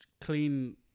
clean